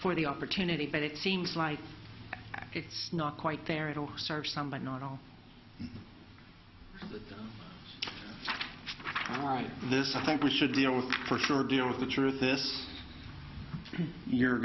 for the opportunity but it seems like it's not quite there it'll serve some but not all the thanks this i think we should deal with for sure deal with the truth this year